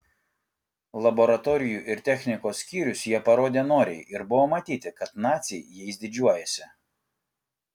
laboratorijų ir technikos skyrius jie parodė noriai ir buvo matyti kad naciai jais didžiuojasi